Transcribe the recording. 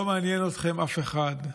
לא מעניין אתכם אף אחד.